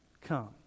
come